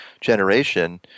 generation